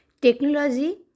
Technology